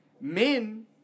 men